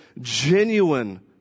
genuine